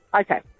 Okay